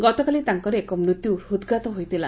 ଗତକାଲି ତାଙ୍କର ଏକ ମୃଦୁ ହୃଦ୍ଘାତ ହୋଇଥିଲା